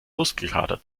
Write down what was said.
muskelkater